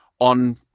on